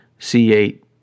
C8